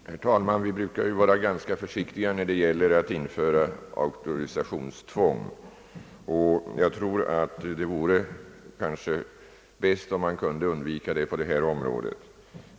Herr talman! Vi brukar ju vara ganska försiktiga när det gäller att införa auktorisationstvång, och det vore kanske bäst om man kunde undvika ett sådant på detta område.